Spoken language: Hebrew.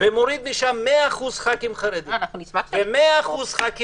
ומוריד משם 100% של חברי כנסת חרדים ו-100% חברי